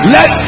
Let